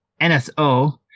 NSO